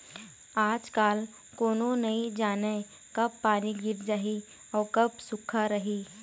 आजकाल कोनो नइ जानय कब पानी गिर जाही अउ कब सुक्खा रही